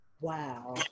Wow